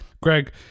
Greg